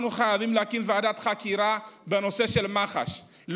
אנחנו חייבים להקים ועדת חקירה בנושא של מח"ש.